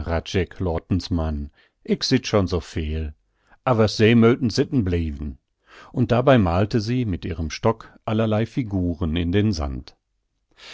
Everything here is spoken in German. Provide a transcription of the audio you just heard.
schon so veel awers se möten sitten bliewen und dabei malte sie mit ihrem stock allerlei figuren in den sand